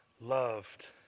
loved